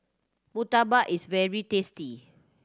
murtabak is very tasty